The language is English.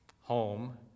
home